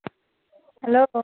hello